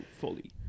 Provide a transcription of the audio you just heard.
fully